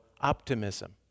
optimism